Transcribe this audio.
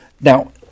Now